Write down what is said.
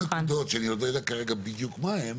אבל באותן נקודות שאני עוד לא יודע כרגע בדיוק מה הן